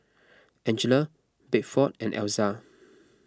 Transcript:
Angella Bedford and Elza